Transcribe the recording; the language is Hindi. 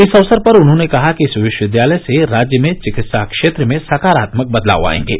इस अवसर पर उन्होंने कहा कि इस विश्वविद्यालय से राज्य में चिकित्सा क्षेत्र में सकारात्मक बदलाव आएंगे